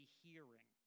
hearing